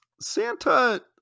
Santa